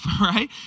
right